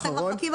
של